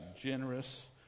generous